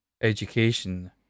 education